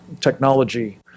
technology